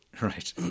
Right